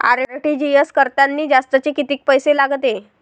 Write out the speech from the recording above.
RTGS करतांनी जास्तचे कितीक पैसे लागते?